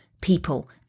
people